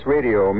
Radio